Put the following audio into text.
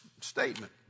statement